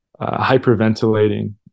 hyperventilating